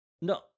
No